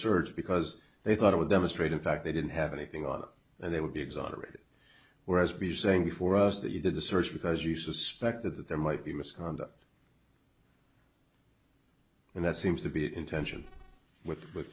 search because they thought it would demonstrate in fact they didn't have anything on they would be exonerated whereas be saying before us that you did a search because you suspected that there might be misconduct and that seems to be in tension with with